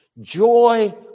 joy